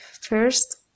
first